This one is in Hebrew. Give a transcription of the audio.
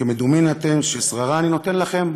"כמדומין אתם ששררה אני נותן לכם,